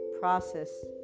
process